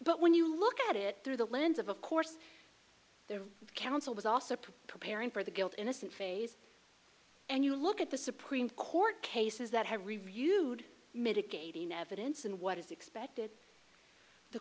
but when you look at it through the lens of of course the counsel was also preparing for the guilt innocence phase and you look at the supreme court cases that have reviewed mitigating evidence and what is expected the